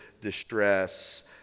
distress